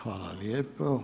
Hvala lijepo.